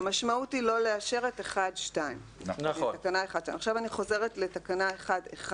המשמעות היא לא לאשר את תקנה 1(2). אני חוזרת לתקנה 1(1),